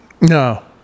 no